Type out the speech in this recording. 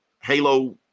Halo